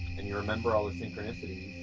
and you remember all the synchronicities,